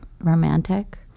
romantic